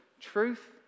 truth